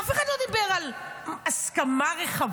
אף אחד לא דיבר על הסכמה רחבה.